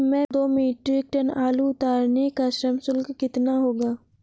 दो metric tonne आलू उतारने का श्रम शुल्क कितना होगा?